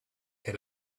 had